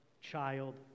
child